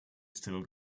still